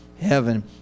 heaven